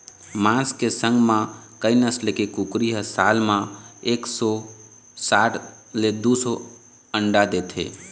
मांस के संग म कइ नसल के कुकरी ह साल म एक सौ साठ ले दू सौ अंडा देथे